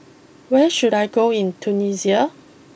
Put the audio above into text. where should I go in Tunisia